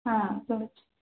ହଁ ଶୁଣୁଛି